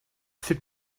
c’est